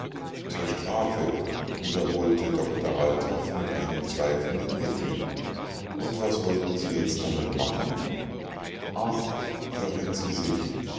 zur strafe wiederholte doktor althoff mit einem zweifelnden lächeln und was wollten sie jetzt damit machen ach verriet sie sich